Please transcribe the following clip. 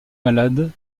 malade